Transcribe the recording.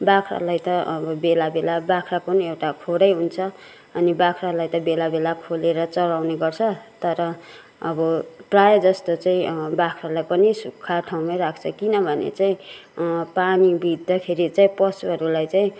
बाख्रालाई त अब बेला बेला बाख्रा पनि एउटा खोरै हुन्छ अनि बाख्रालाई त बेला बेला खोलेर चराउने गर्छ तर अब प्रायः जस्तो चाहिँ बाख्रालाई पनि सुक्खा ठाउँमा राख्छ किनभने चाहिँ पानी भिज्दाखेरि चाहिँ पशुहरूलाई चाहिँ